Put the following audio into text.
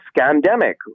Scandemic